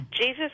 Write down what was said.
Jesus